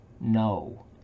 No